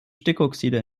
stickoxide